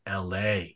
la